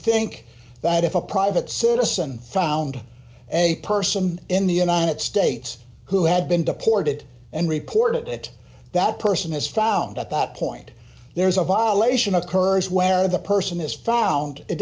think that if a private citizen found a person in the united states who had been deported and reported it that person is found at that point there is a violation occurs where the person is found it